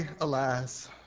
alas